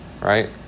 right